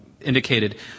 indicated